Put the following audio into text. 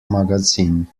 magazin